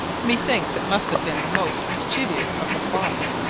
methinks it must have been the most mischievous of the flock.